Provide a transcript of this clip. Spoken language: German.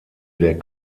der